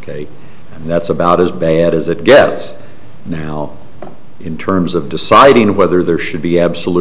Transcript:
ok that's about as bad as it gets now in terms of deciding whether there should be absolute